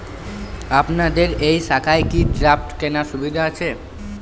আপনাদের এই শাখায় কি ড্রাফট কেনার সুবিধা আছে?